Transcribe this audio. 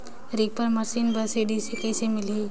Reaper machine बर subsidy कइसे मिलही?